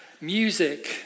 music